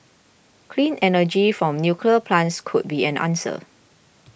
clean energy from nuclear plants could be an answer